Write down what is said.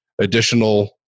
additional